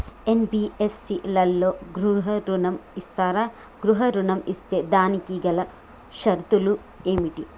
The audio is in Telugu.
ఎన్.బి.ఎఫ్.సి లలో గృహ ఋణం ఇస్తరా? గృహ ఋణం ఇస్తే దానికి గల షరతులు ఏమిటి?